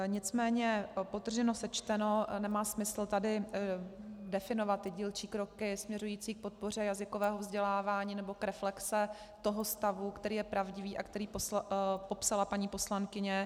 Nicméně podtrženo, sečteno, nemá smysl tady definovat dílčí kroky směřující k podpoře jazykového vzdělávání nebo k reflexi toho stavu, který je pravdivý a který popsala paní poslankyně.